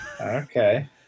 Okay